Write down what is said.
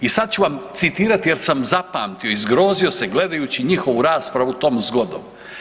I sad ću vam citirati jel sam zapamtio i zgrozio se gledajući njihovu raspravu tom zgodom.